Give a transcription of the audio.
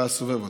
והסובב אותו,